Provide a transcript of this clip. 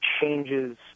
changes